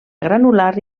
granular